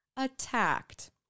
attacked